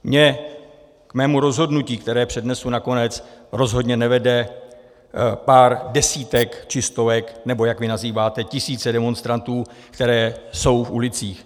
Mě k mému rozhodnutí, které přednesu nakonec, rozhodně nevede pár desítek či stovek nebo, jak vy nazýváte, tisíce demonstrantů, které jsou v ulicích.